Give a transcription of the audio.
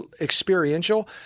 experiential